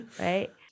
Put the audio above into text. Right